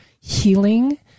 healing